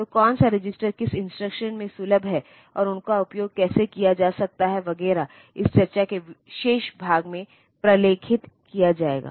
तो कौन सा रजिस्टर किस इंस्ट्रक्शन में सुलभ है और उनका उपयोग कैसे किया जा सकता है वगैरह इस चर्चा के शेष भाग में प्रलेखित किया जाएगा